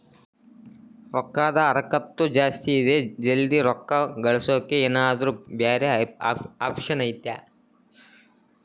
ರೊಕ್ಕದ ಹರಕತ್ತ ಜಾಸ್ತಿ ಇದೆ ಜಲ್ದಿ ರೊಕ್ಕ ಕಳಸಕ್ಕೆ ಏನಾರ ಬ್ಯಾರೆ ಆಪ್ಷನ್ ಐತಿ?